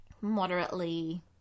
moderately